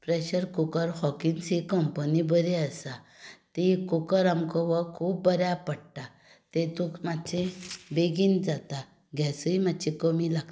pressure cooker Hawkins ही company बरी आसा ती कूकर आमकां खूब बऱ्याक पडटा तातूंत मात्शे बेगीन जाता गॅसूय मात्शी कमी लागता